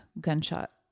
gunshot